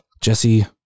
Jesse